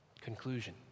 Conclusion